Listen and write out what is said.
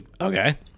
Okay